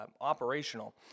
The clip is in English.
operational